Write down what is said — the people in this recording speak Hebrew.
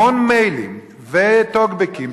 המון מיילים וטוקבקים,